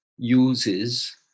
uses